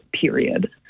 Period